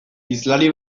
hizlari